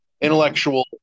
intellectual